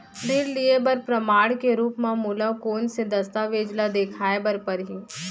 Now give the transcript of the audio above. ऋण लिहे बर प्रमाण के रूप मा मोला कोन से दस्तावेज ला देखाय बर परही?